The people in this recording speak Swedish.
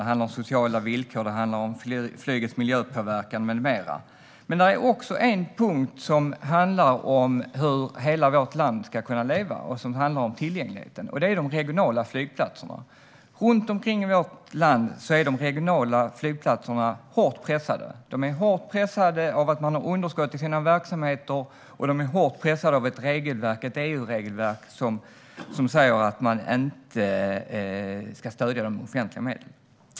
Det handlar om sociala villkor, flygets miljöpåverkan med mera. Där finns också en punkt som handlar om hur hela vårt land ska kunna leva och om tillgängligheten. Det gäller de regionala flygplatserna. Runt om i vårt land är de regionala flygplatserna hårt pressade av underskott i verksamheten och av ett EU-regelverk som säger att man inte ska stödja dem med offentliga medel.